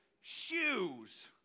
Shoes